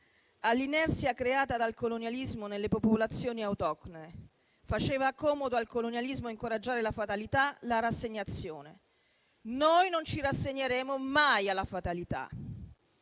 all'inerzia creata dal colonialismo nelle popolazioni autoctone. Al colonialismo faceva comodo incoraggiare la fatalità e la rassegnazione. Noi non ci rassegneremo mai alla fatalità.